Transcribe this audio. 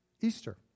Easter